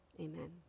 amen